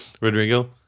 Rodrigo